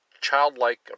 childlike